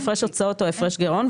הפרש הוצאות או הפרש גירעון,